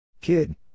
Kid